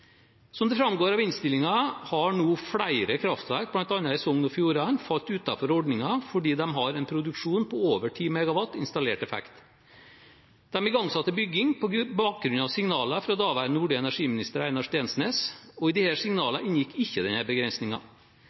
Som det framgår av innstillingen, har nå flere kraftverk, bl.a. i Sogn og Fjordane, falt utenfor ordningen fordi de har en produksjon på over 10 MW installert effekt. De igangsatte bygging på bakgrunn av signaler fra daværende olje- og energiminister Einar Steensnæs, og i disse signalene inngikk ikke